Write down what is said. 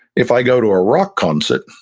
if i go to a rock concert,